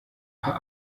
paar